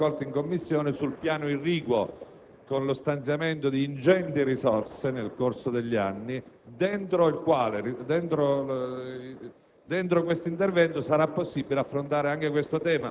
istituisce uno specifico programma, presso il Ministero delle risorse agricole e forestali, per un uso corretto delle risorse idriche in agricoltura. Se ne era già discusso in un'altra occasione: